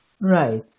right